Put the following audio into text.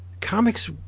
comics